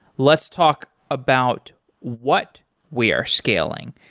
let's talk about what we're scaling?